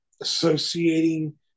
associating